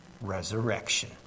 Resurrection